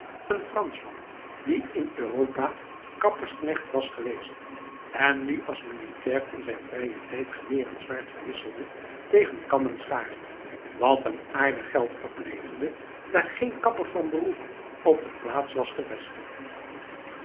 een fransman die in europa kappersknecht was geweest en nu als militair in zijn vrije tijd geweer en zwaard verwisselde tegen kam en schaar wat hem aardig geld opleverde daar geen kapper van beroep op de plaats was gevestigd